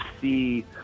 see